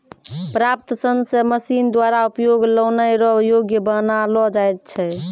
प्राप्त सन से मशीन द्वारा उपयोग लानै रो योग्य बनालो जाय छै